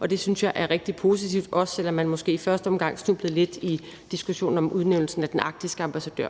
og det synes jeg er rigtig positivt, også selv om man måske i første omgang snublede lidt i diskussionen om udnævnelsen af den arktiske ambassadør.